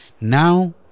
now